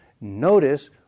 notice